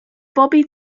bobby